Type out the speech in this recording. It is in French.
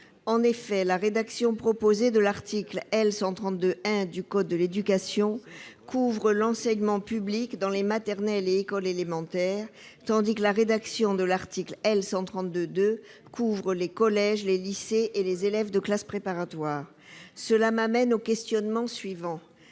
En effet, la rédaction proposée pour cet article couvre l'enseignement public dans les maternelles et écoles élémentaires, tandis que la rédaction de l'article L. 132-2 couvre les collèges, les lycées et les élèves de classe préparatoire. Cela m'amène au questionnement suivant